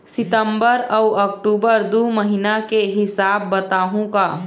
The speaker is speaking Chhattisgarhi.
सितंबर अऊ अक्टूबर दू महीना के हिसाब बताहुं का?